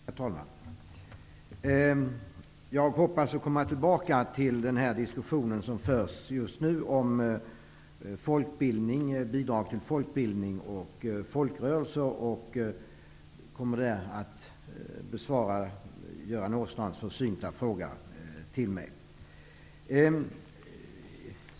Herr talman! Jag hoppas att få komma tillbaka till den diskussion som just förts om bidrag till folkbildning och folkrörelser och kommer då att besvara Göran Åstrands försynta fråga till mig.